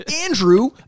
Andrew